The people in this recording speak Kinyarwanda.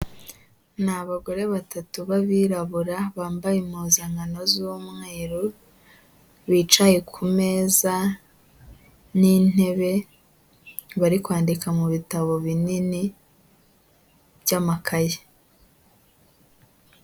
Ni abagore batatu b'abirabura, bambaye impuzankano z'umweru, bicaye ku meza n'intebe, bari kwandika mu bitabo binini by'amakaye.